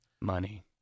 Money